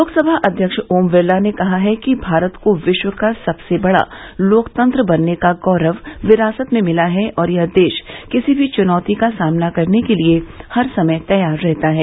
लोकसभा अव्यक्ष ओम बिरला ने कहा है कि भारत को विश्व का सबसे बड़ा लोकतंत्र बनने का गौरव विरासत में मिला है और यह देश किसी भी चुनौती का सामना करने के लिये हर समय तैयार रहता है